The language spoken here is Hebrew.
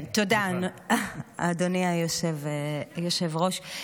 תודה, אדוני היושב-ראש.